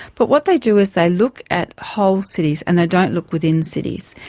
but what they do is they look at whole cities and they don't look within cities.